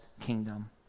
kingdom